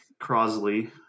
Crosley